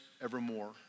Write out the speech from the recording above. evermore